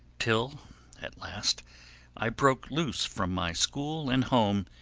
till at last i broke loose from my school and home,